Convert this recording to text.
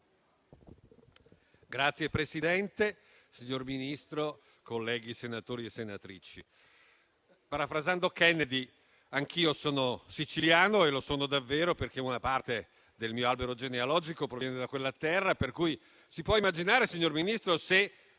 Signor Presidente, signor Ministro, colleghi senatori e senatrici, parafrasando Kennedy, anch'io sono siciliano e lo sono davvero, perché una parte del mio albero genealogico proviene da quella terra, per cui si può immaginare, signor Ministro, se